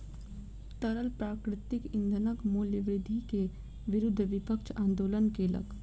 तरल प्राकृतिक ईंधनक मूल्य वृद्धि के विरुद्ध विपक्ष आंदोलन केलक